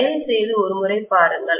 தயவுசெய்து ஒரு முறை பாருங்கள்